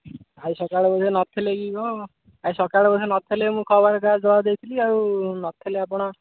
ଆଜି ସକାଳୁ ବୋଧେ ନଥିଲେ କି କ'ଣ ଆଜି ସକାଳୁ ବୋଧେ ନଥିଲେ ମୁଁ ଖବର କାଗଜ ଦେବାକୁ ଯାଇଥିଲି ଆଉ ନଥିଲେ ଆପଣ